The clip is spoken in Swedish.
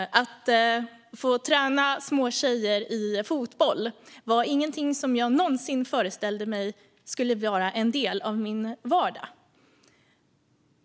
Att få träna små tjejer i fotboll var ingenting som jag någonsin föreställde mig skulle vara en del av min vardag.